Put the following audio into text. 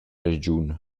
regiun